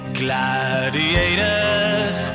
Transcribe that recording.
gladiators